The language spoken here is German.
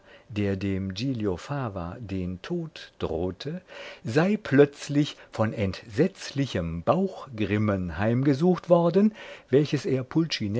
der dem giglio fava den tod drohte sei plötzlich von entsetzlichem bauchgrimmen heimgesucht worden welches er